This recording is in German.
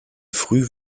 früh